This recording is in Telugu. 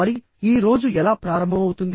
మరి ఈ రోజు ఎలా ప్రారంభమవుతుంది